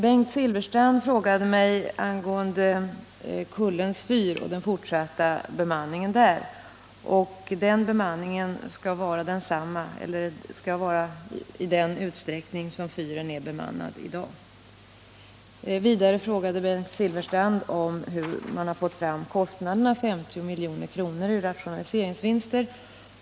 Bengt Silfverstrand frågade mig angående den fortsatta bemanningen vid Kullens fyr. Fyren skall vara bemannad i den utsträckning som den är i dag. Vidare frågade Bengt Silfverstrand hur man fått fram att rationaliseringarna ger en vinst på 50 milj.kr.